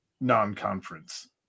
non-conference